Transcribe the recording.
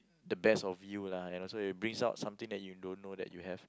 the best of you lah and it also brings out something that you don't know that you have